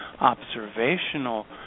observational